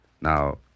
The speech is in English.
Now